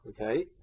okay